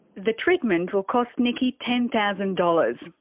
the treatment will cost nikki ten thousand dollars.